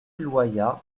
loyat